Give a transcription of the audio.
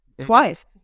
Twice